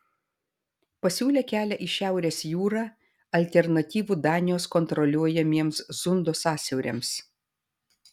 pasiūlė kelią į šiaurės jūrą alternatyvų danijos kontroliuojamiems zundo sąsiauriams